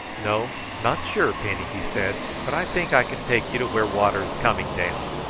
no, not sure, penny, he said but i think i can take you to where water is coming down.